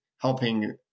helping